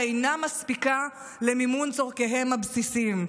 ואינה מספיקה למימון צורכיהם הבסיסיים,